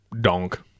donk